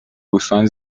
گوسفند